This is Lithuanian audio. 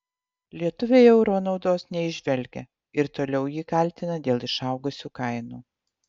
lietuviai euro naudos neįžvelgia ir toliau jį kaltina dėl išaugusių kainų